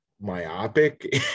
myopic